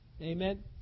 Amen